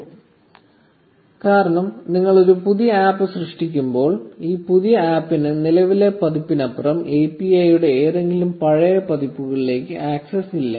1530 കാരണം നിങ്ങൾ ഒരു പുതിയ ആപ്പ് സൃഷ്ടിക്കുമ്പോൾ ഈ പുതിയ ആപ്പിന് നിലവിലെ പതിപ്പിനപ്പുറം API യുടെ ഏതെങ്കിലും പഴയ പതിപ്പുകളിലേക്ക് ആക്സസ് ഇല്ല